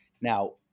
Now